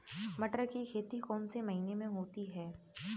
मटर की खेती कौन से महीने में होती है?